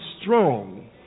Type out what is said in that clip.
strong